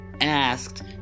asked